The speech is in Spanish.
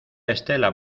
estela